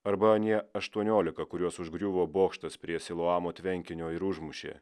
arba anie aštuoniolika kuriuos užgriuvo bokštas prie siloamo tvenkinio ir užmušė